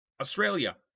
Australia